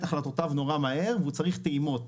החלטותיו נורא מהר והוא צריך טעימות.